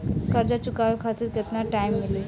कर्जा चुकावे खातिर केतना टाइम मिली?